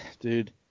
Dude